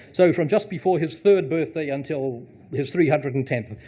so from just before his third birthday until his three hundred and tenth,